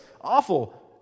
awful